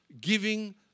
giving